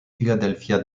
philadelphia